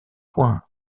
points